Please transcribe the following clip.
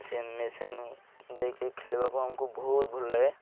ସେ ମେସିନ୍ ଦେଇକିରି ଖେଳିବାକୁ ଆମକୁ ବହୁତ ଭଲ ଲାଗେ